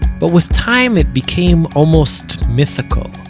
but with time it became almost mythical.